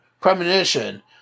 premonition